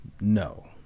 No